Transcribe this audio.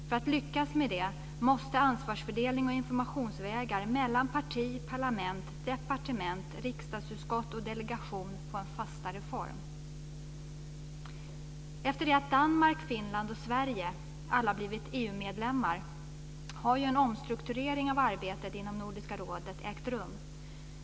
För att det ska lyckas måste ansvarsfördelning och informationsvägar mellan parti, parlament, departement, riksdagsutskott och delegation få en fastare form. Efter det att Danmark, Finland och Sverige alla blivit EU-medlemmar har en omstrukturering av arbetet inom Nordiska rådet ägt rum.